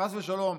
חס ושלום,